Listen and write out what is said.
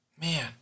Man